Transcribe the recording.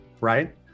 Right